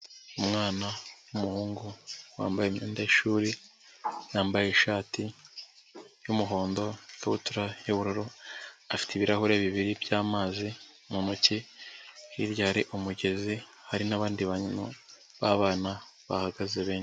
Umwana w'umuhungu wambaye imyenda y'ishuri, yambaye ishati, y'umuhondo ikabutura y'ubururu. Afite ibirahure bibiri by'amazi mu ntoki, hirya hari umugezi, hari n'abandi bantu b'abana bahagaze benshi.